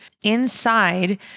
Inside